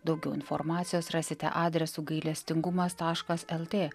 daugiau informacijos rasite adresu gailestingumas taškas lt